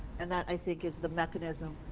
and that i think is the mechanism,